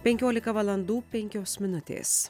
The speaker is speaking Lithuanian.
penkiolika valandų penkios minutės